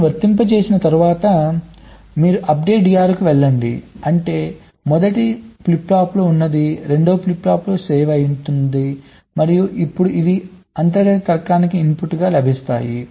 వీటిని వర్తింపజేసిన తర్వాత మీరు updateDRకు వెళ్లండి అంటే మొదటి ఫ్లిప్ ఫ్లాప్లో ఉన్నది రెండవ ఫ్లిప్ ఫ్లాప్లో సేవ్ అవుతుంది మరియు ఇప్పుడు అవి అంతర్గత తర్కానికి ఇన్పుట్గా లభిస్తాయి